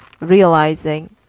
realizing